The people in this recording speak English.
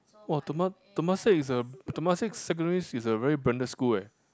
[wah] tema~ Temasek is a Temasek secondary is a very branded school eh